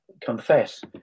confess